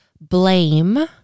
blame